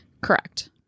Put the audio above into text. Correct